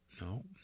no